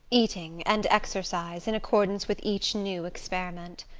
eating and exercise, in accordance with each new experiment.